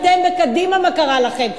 אתם בקדימה, מה קרה לכם?